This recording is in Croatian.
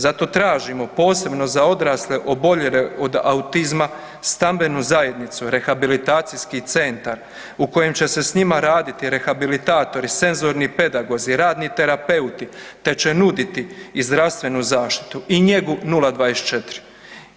Zato tražimo, posebno za odrasle oboljele od autizma, stambenu zajednicu, rehabilitacijski centar u kojem će se s njima raditi, rehabilitatori, senzorni pedagozi, radni terapeuti će se nuditi i zdravstvenu zaštitu i njegu 0-24.